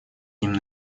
ним